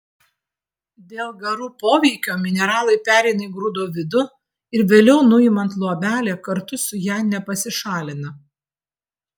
dėl garų poveikio mineralai pereina į grūdo vidų ir vėliau nuimant luobelę kartu su ja nepasišalina